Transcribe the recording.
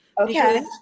Okay